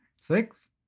six